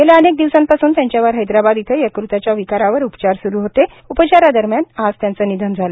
गेल्या अनेक दिवसांपासून त्यांच्यावर हैदराबाद इथं यकृताच्या विकारावर उपचार सुरू होते उपचारादरम्यान आज त्यांचं निधन झालं